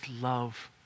love